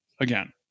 again